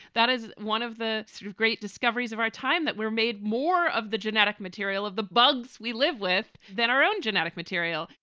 that is one of the sort of great discoveries of our time that we're made more of the genetic material of the bugs we live with than our own genetic material.